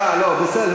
אה, לא, בסדר.